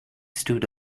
stood